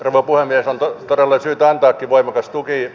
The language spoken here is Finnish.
on todella syytä antaakin voimakas tuki